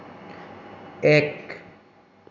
এক